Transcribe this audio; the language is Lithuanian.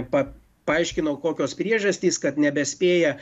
pa paaiškino kokios priežastys kad nebespėja